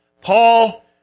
Paul